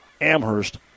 Amherst